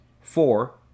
four